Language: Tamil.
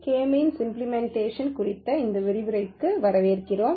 கே மீன்ஸ் இம்பிளிமெண்டேஷன் குறித்த இந்த விரிவுரைக்கு வரவேற்கிறோம்